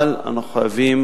אבל אנחנו חייבים